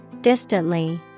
Distantly